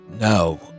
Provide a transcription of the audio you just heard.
No